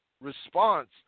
response